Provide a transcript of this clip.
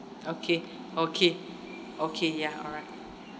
okay okay okay ya alright